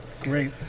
Great